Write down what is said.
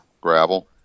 gravel